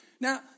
Now